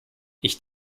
ich